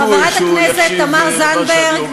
חברת הכנסת תמר זנדברג.